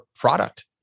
product